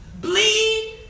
Bleed